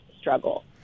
struggle